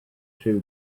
two